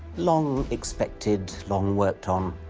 long-expected, long-worked-on,